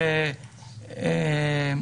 דברים